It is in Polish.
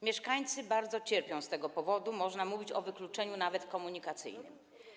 Mieszkańcy bardzo cierpią z tego powodu, można nawet mówić o wykluczeniu komunikacyjnym.